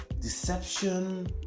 deception